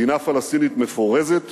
מדינה פלסטינית מפורזת